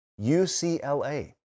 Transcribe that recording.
UCLA